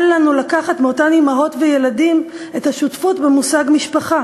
אל לנו לקחת מאותם אימהות וילדים את השותפות במושג משפחה,